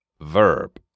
Verb